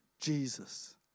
Jesus